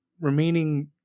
remaining